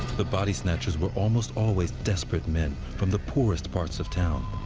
the body snatchers were almost always desperate men from the poorest parts of town.